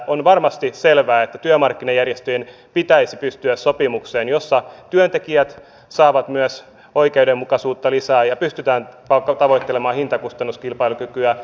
on varmasti selvää että työmarkkinajärjestöjen pitäisi pystyä sopimukseen jossa työntekijät saavat myös oikeudenmukaisuutta lisää ja pystytään tavoittelemaan hintakustannuskilpailukykyä